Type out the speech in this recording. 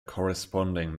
corresponding